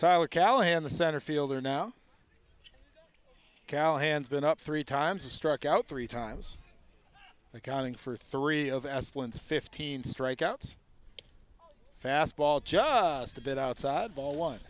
tyler callahan the center fielder now callahan's been up three times a struck out three times accounting for three of as once fifteen strikeouts fastball just a bit outside ball one